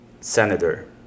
senator